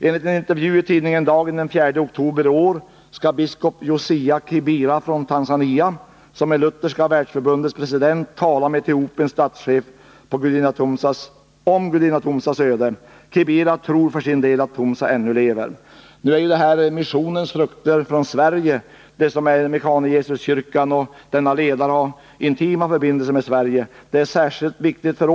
Enligt en intervju i tidningen Dagen den 4 oktober i år skall biskop Josiah Kibira från Tanzania, som är Lutherska världsförbundets president, tala med Etiopiens statschef om Gudina Tumsas öde. Kibira tror för sin del att Tumsa ännu lever. Mekane Yesus-kyrkan är en frukt av den svenska missionen, och dess ledare har intima förbindelser med Sverige. Därför är det särskilt viktigt för .